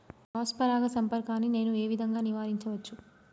Cross పరాగ సంపర్కాన్ని నేను ఏ విధంగా నివారించచ్చు?